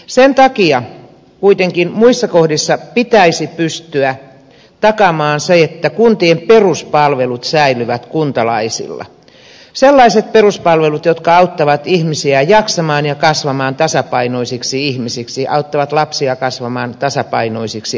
sen takia kuitenkin muissa kohdissa pitäisi pystyä takaamaan se että kuntien peruspalvelut säilyvät kuntalaisilla sellaiset peruspalvelut jotka auttavat ihmisiä jaksamaan ja kasvamaan tasapainoisiksi ihmisiksi auttavat lapsia kasvamaan tasapainoisiksi aikuisiksi